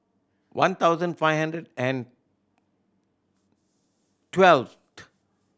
one thousand five hundred and twelve